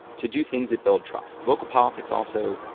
to do things that build trust. local politics also,